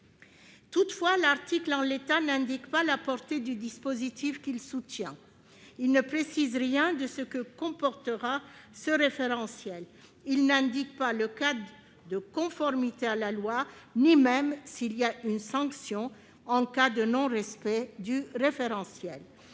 Toutefois, l'article, en l'état, n'indique pas la portée du dispositif visé. Il ne précise rien de ce que comportera ce référentiel. Il ne dit mot du cadre de conformité à la loi ni même d'éventuelles sanctions prévues en cas de non-respect du référentiel.